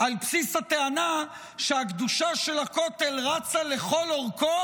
על בסיס הטענה שהקדושה של הכותל רצה לכל אורכו,